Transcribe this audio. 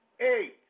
eight